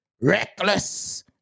reckless